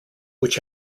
which